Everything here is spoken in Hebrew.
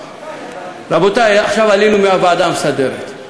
רבותי, עכשיו עלינו מהוועדה המסדרת,